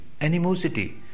animosity